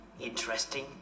Interesting